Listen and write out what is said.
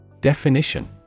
Definition